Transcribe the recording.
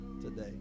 today